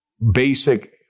basic